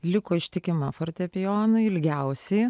liko ištikima fortepijonui ilgiausiai